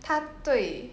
他对